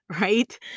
Right